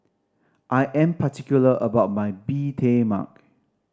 I am particular about my Bee Tai Mak